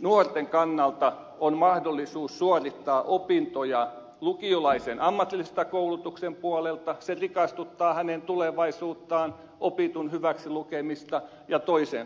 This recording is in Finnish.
nuorten kannalta on lukiolaisen mahdollisuus suorittaa opintoja ammatillisen koulutuksen puolelta se rikastuttaa hänen tulevaisuuttaan opitun hyväksi lukemista ja toisin päin